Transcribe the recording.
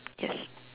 yes